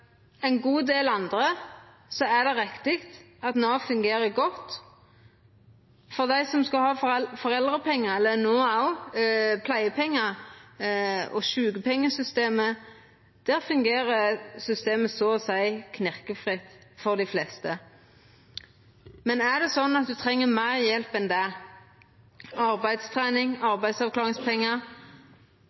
ein god del andre er det riktig at Nav fungerer godt. For dei som skal ha foreldrepengar, eller no òg pleiepengar, eller sjukepengar, fungerer systemet så å seia knirkefritt for dei fleste. Men er det sånn at ein treng meir hjelp enn det – arbeidstrening, arbeidsavklaringspengar